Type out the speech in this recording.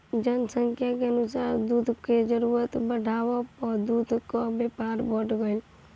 जनसंख्या के अनुसार दूध कअ जरूरत बढ़ला पअ दूध कअ व्यापार बढ़त गइल